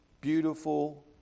beautiful